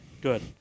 Good